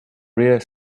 rear